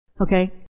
Okay